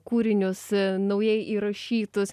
kūrinius naujai įrašytus